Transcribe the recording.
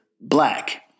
black